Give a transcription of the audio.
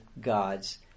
God's